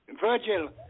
Virgil